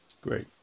great